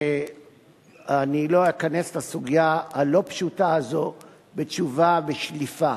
ואני לא אכנס לסוגיה הלא-פשוטה הזאת בתשובה בשליפה.